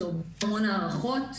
שעוברים המון הערכות,